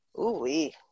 Ooh-wee